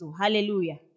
Hallelujah